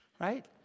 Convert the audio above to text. Right